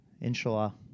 Inshallah